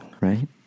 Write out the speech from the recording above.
right